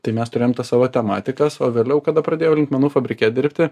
tai mes turėjom tas savo tematikas o vėliau kada pradėjau linkmenų fabrike dirbti